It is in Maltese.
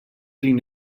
din